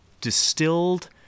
distilled